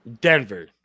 Denver